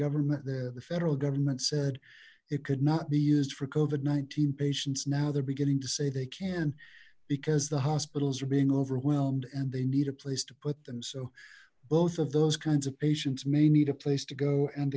government the federal government said it could not be used for kovat nineteen patients now they're beginning to say they can because the hospitals are being overwhelmed and they need a place to put them so both of those kinds of patients may need a place to go and